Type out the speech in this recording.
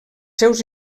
seus